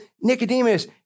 Nicodemus